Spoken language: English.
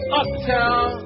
uptown